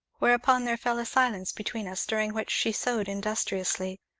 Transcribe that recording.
whereupon there fell a silence between us, during which she sewed industriously,